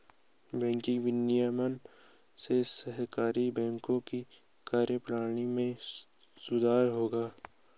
banking विनियमन से सहकारी बैंकों की कार्यप्रणाली में सुधार होगा